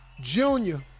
Junior